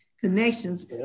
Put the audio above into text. connections